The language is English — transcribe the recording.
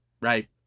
right